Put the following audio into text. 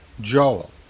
Joel